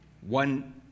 one